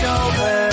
over